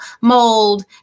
mold